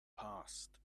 past